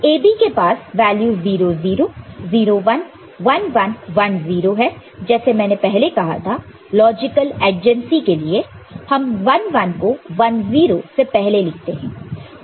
तो AB के पास वैल्यू 0 0 0 1 11 10 है जैसे मैंने पहले कहा था लॉजिकल एडजेंसी के लिए हम 1 1 को 1 0 से पहले लिखते हैं